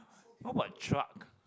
how about truck